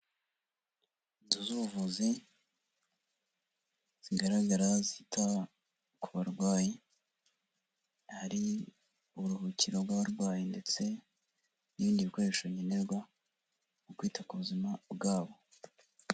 Z’ubuvuzi zigaragara zita ku barwayi hari uburuhukiro bw'abarwayi ndetse n'ibindi bikoresho nkenerwa mu kwita ku buzima bwabo.